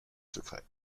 secrets